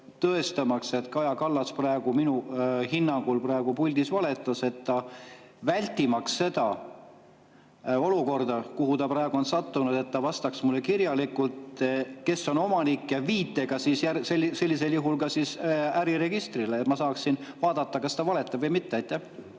tõestamaks, et Kaja Kallas praegu minu hinnangul puldis valetas, vältimaks seda olukorda, kuhu ta praegu on sattunud, et ta vastaks mulle kirjalikult, kes on omanik, ja viitega sellisel juhul ka äriregistrile, et ma saaksin vaadata, kas ta valetab või mitte?